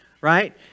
Right